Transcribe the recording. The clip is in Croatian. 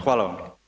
Hvala vam.